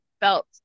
felt